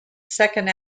second